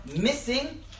missing